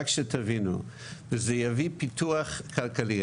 וזה יביא פיתוח כלכלי.